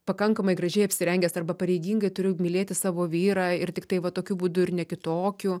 pakankamai gražiai apsirengęs arba pareigingai turiu mylėti savo vyrą ir tiktai va tokiu būdu ir ne kitokiu